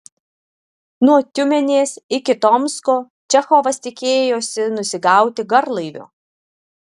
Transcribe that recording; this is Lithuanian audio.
nuo tiumenės iki tomsko čechovas tikėjosi nusigauti garlaiviu